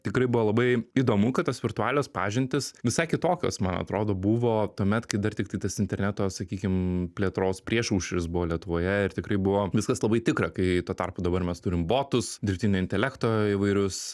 tikrai buvo labai įdomu kad tos virtualios pažintys visai kitokios man atrodo buvo tuomet kai dar tiktai tas interneto sakykim plėtros priešaušris buvo lietuvoje ir tikrai buvo viskas labai tikra kai tuo tarpu dabar mes turim botus dirbtinio intelekto įvairius